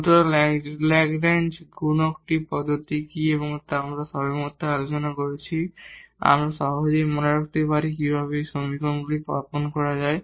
সুতরাং Lagrange multiplier multiplier পদ্ধতি কী যা আমরা সবেমাত্র আলোচনা করেছি আমরা সহজেই মনে রাখতে পারি কিভাবে এই সমীকরণগুলি স্থাপন করা যায়